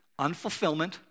unfulfillment